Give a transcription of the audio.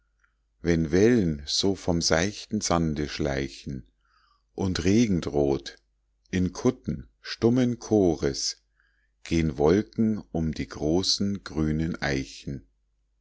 wenn wellen so vom seichten sande schleichen und regen droht in kutten stummen chores gehn wolken um die großen grünen eichen